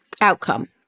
outcome